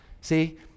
See